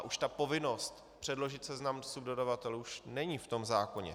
Už ta povinnost předložit seznam subdodavatelů není v tom zákoně.